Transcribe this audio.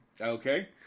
Okay